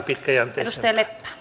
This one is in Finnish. pitkäjänteisempää